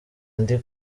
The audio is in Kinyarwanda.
ndi